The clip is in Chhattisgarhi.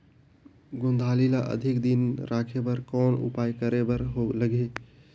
गोंदली ल अधिक दिन राखे बर कौन उपाय करे बर लगही?